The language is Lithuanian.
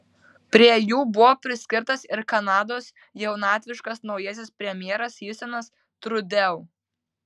prie jų buvo priskirtas ir kanados jaunatviškas naujasis premjeras justinas trudeau